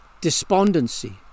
despondency